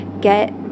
Get